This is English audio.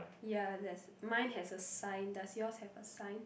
ya there's mine has a sign does yours have a sign